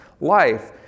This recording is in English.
life